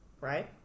right